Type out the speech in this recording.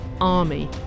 army